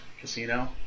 casino